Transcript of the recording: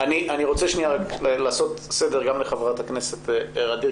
אני רוצה לעשות סדר גם לחברת הכנסת ע'דיר